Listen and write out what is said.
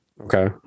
Okay